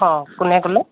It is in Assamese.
অঁ কোনে ক'লে